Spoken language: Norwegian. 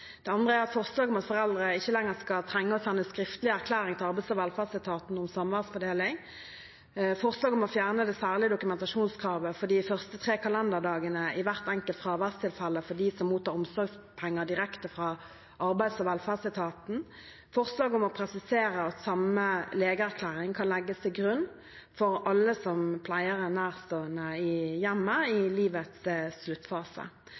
forslag om at foreldre ikke lenger skal trenge å sende skriftlig erklæring til arbeids- og velferdsetaten om samværsfordeling forslag om å fjerne det særlige dokumentasjonskravet for de første tre kalenderdagene i hvert enkelt fraværstilfelle for de som mottar omsorgspenger direkte fra arbeids- og velferdsetaten forslag om å presisere at samme legeerklæring kan legges til grunn for alle som pleier en nærstående i hjemmet i livets sluttfase